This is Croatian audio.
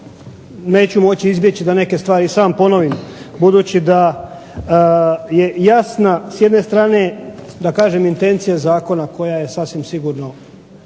neću moći izbjeći da neke stvari sam ponovim budući da je jasna s jedne strane intencija Zakona koja je sasvim sigurno